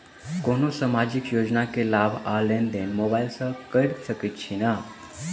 कोनो सामाजिक योजना केँ लाभ आ लेनदेन मोबाइल सँ कैर सकै छिःना?